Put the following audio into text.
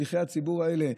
שליחי הציבור האלה,